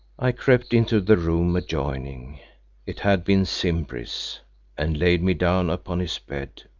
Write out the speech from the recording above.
i crept into the room adjoining it had been simbri's and laid me down upon his bed,